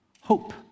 Hope